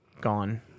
Gone